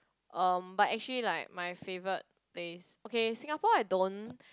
um but actually like my favourite place okay Singapore I don't